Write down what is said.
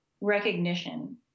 recognition